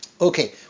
Okay